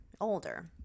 older